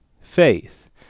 faith